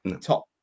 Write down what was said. Top